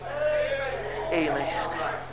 Amen